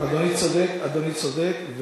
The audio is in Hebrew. אדוני צודק.